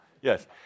Yes